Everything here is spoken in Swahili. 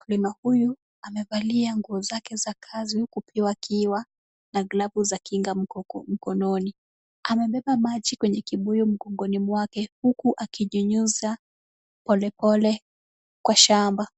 Mkulima huyu amevalia nguo zake za kazi huku akiwa na glavu za kinga mkononi. Amebeba maji kwenye kibuyu mgongoni mwake huku akinyunyuza polepole kwa shamba.